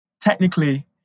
Technically